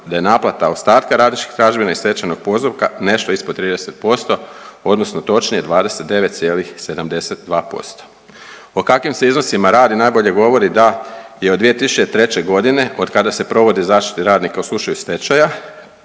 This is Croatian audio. da je naplata ostatka radničkih tražbina iz stečajnog postupka nešto ispod 30% odnosno točnije 29,72%. O kakvim se iznosima radi najbolje govori da je od 2003.g. otkada se provodi zaštita radnika u slučaju stečaja